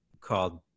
called